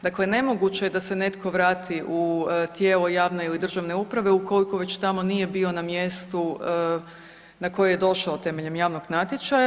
Dakle, nemoguće je da se netko vrati u tijelo javne ili državne uprave ukoliko već tamo nije bio na mjestu na koje je došao temeljem javnog natječaja.